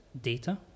data